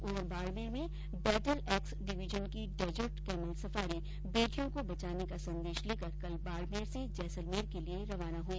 उधर बाड़मेर में battle axe division की डेजर्ट कैमल सफारी बेटियों को बचाने का संदेश लेकर कल बाड़मेर से जैसलमेर के लिये रवाना हुई